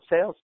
sales